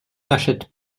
n’achète